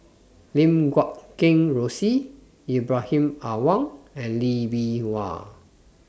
Lim Guat Kheng Rosie Ibrahim Awang and Lee Bee Wah